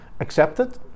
accepted